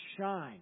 shine